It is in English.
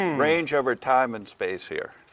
range over time and space here.